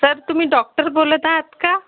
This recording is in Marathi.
सर तुम्ही डॉक्टर बोलत आहात का